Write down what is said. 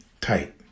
tight